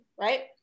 right